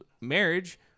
marriage